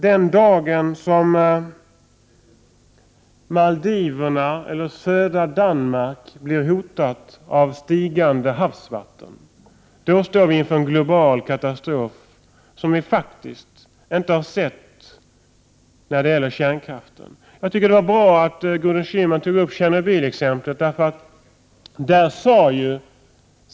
Den dag som Maldiverna eller södra Danmark blir hotade av stigande havsvatten, står vi inför en global katastrof som vi faktiskt inte har sett när det gäller kärnkraften. Jag tycker att det var bra att Gudrun Schyman tog upp Tjernobyl-exemplet.